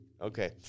Okay